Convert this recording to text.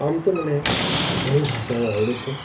આમ તો મને ઘણી ભાષાઓ આવડે છે